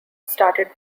started